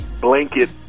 blanket